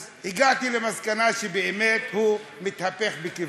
אז הגעתי למסקנה שבאמת הוא מתהפך בקברו.